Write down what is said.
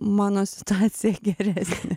mano situacija geresnė